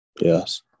Yes